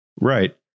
right